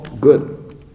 good